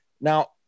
Now